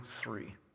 three